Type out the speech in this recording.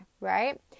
right